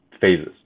phases